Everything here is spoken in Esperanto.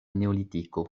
neolitiko